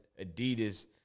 Adidas